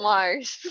Mars